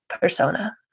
persona